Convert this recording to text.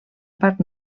part